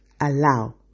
allow